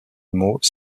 mot